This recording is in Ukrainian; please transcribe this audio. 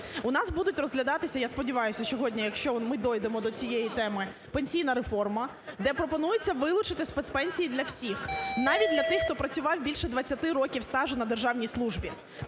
У нас будуть розглядатись, я сподіваюсь, сьогодні, якщо ми дійдемо до цієї теми, пенсійна реформа, де пропонується вилучити спецпенсії для всіх, навіть для тих, хто працював більше 20 років стажу на державній службі.